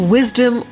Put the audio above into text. Wisdom